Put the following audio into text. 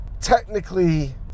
technically